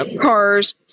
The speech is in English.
cars